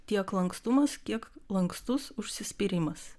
tiek lankstumas kiek lankstus užsispyrimas